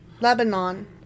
Lebanon